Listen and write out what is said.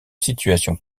situation